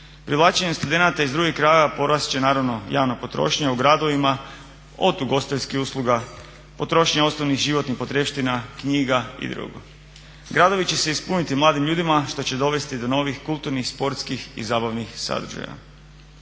Privlačenje studenata iz drugih krajeva porast će naravno javna potrošnja u gradovima od ugostiteljskih usluga, potrošnja osnovnih životnih potrepština, knjiga i drugo. Gradovi će se ispuniti mladim ljudima što će dovesti do novih kulturnih sportskih i zabavnih sadržaja.